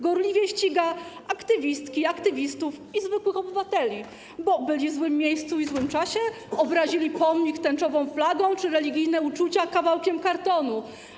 Gorliwie ściga aktywistki, aktywistów i zwykłych obywateli, bo byli w złym miejscu i w złym czasie, obrazili pomnik tęczową flagą czy religijne uczucia kawałkiem kartonu.